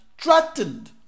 threatened